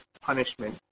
punishment